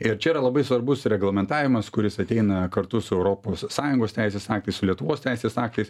ir čia yra labai svarbus reglamentavimas kuris ateina kartu su europos sąjungos teisės aktais su lietuvos teisės aktais